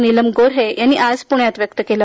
नीलम गोऱ्हे यांनी आज पुण्यात व्यक्त केले